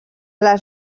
les